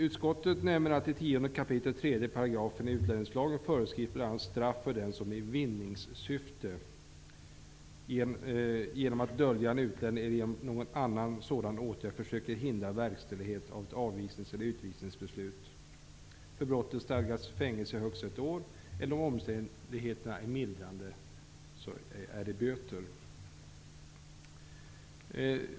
Utskottet nämner att det i 10 kap. 3 § utlänningslagen bl.a. föreskrivs straff för den som i vinningssyfte genom att dölja en utlänning eller genom någon annan sådan åtgärd försöker hindra verkställighet av ett avvisnings eller utvisningsbeslut. För brottet stadgas fängelse i högst ett år eller, om omständigheterna är mildrande, böter.